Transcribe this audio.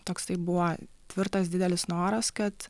toksai buvo tvirtas didelis noras kad